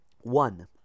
One